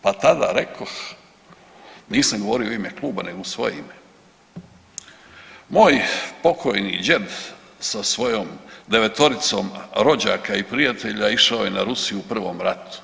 Pa tada rekoh, nisam govorio u ime kluba nego u svoje ime, moj pokojni đed sa svojom 9-toriom rođaka i prijatelja išao je na Rusiju u prvom ratu.